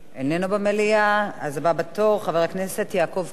איננו במליאה, אז הבא בתור, חבר הכנסת יעקב כץ.